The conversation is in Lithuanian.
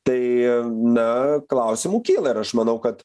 tai na klausimų kyla ir aš manau kad